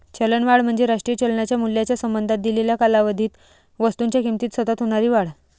चलनवाढ म्हणजे राष्ट्रीय चलनाच्या मूल्याच्या संबंधात दिलेल्या कालावधीत वस्तूंच्या किमतीत सतत होणारी वाढ